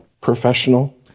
professional